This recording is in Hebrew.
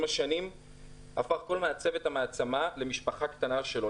עם השנים הפך כל מעצב את המפעל למשפחה קטנה שלו.